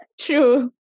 True